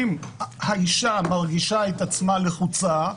אם האישה מרגישה את עצמה לחוצה,